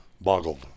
boggled